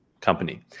company